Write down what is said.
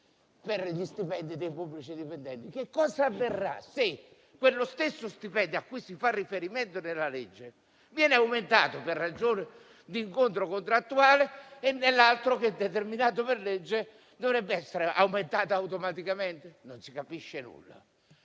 sugli stipendi dei pubblici dipendenti. Che cosa avverrà se quello stesso stipendio cui si fa riferimento nella norma viene aumentato in sede contrattuale? L'altro, che è determinato per legge, dovrebbe essere aumentato automaticamente? Non si capisce nulla.